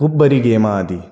खूब बरी गेम आहा ती